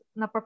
na